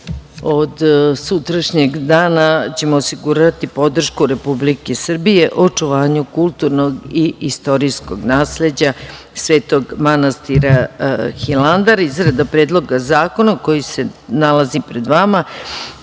od sutrašnjeg dana ćemo osigurati podršku Republike Srbije o očuvanju kulturnog i istorijskog nasleđa Svetog manastira Hilandar. Izrada Predloga zakona, koji se nalazi pred vama,